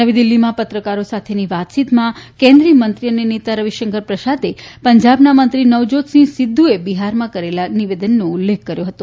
નવી દિલ્હીમાં પત્રકારો સાથેની વાતચીતમાં કેન્દ્રિયમંત્રી અને નેતા રવિશંકર પ્રસાદે પંજાબના મંત્રી નવજોતસિંહ સિદ્ધુએ બિહારમાં કરેલા નિવેદનનો ઉલ્લેખ કર્યો હતો